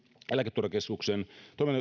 eläketurvakeskuksen